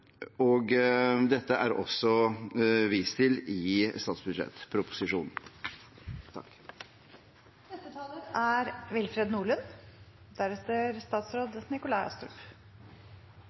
og dette er det også vist til i statsbudsjettproposisjonen.